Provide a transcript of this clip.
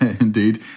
indeed